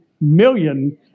million